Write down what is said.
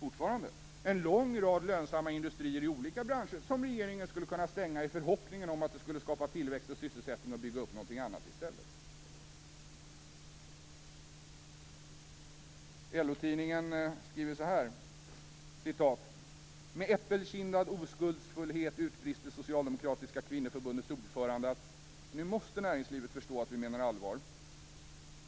fortfarande en lång rad lönsamma industrier i olika branscher som regeringen skulle kunna stänga i förhoppning om att det skulle skapa tillväxt och sysselsättning och att man skulle kunna bygga upp någonting annat i stället. LO-tidningen skriver: "Med äppelkindad oskuldsfullhet utbrister socialdemokratiska kvinnoförbundets ordförande att nu måste näringslivet förstå att vi menar allvar .